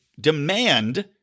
demand